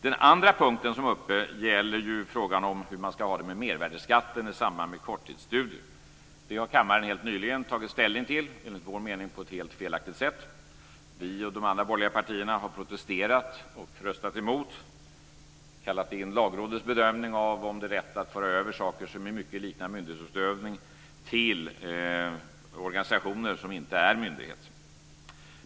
Den andra punkten som tas upp gäller frågan om hur man ska ha det med mervärdesskatten i samband med korttidsstudier. Det har kammaren helt nyligen tagit ställning till, enligt vår mening på ett helt felaktigt sätt. Vi och de andra borgerliga partierna har protesterat och röstat emot. Vi har kallat in Lagrådets bedömning av om det är rätt att föra över saker som i mycket liknar myndighetsutövning till organisationer som inte är myndigheter.